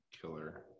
killer